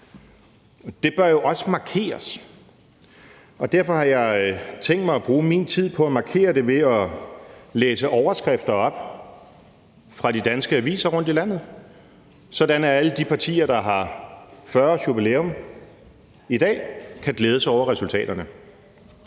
Det bør jo også markeres. Derfor har jeg tænkt mig at bruge min tid på at markere det ved at læse overskrifter op fra de danske aviser rundt i landet, sådan at alle de partier, der har 40-årsjubilæum i dag, kan glæde sig over resultaterne.